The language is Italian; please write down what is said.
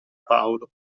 paolo